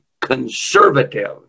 conservative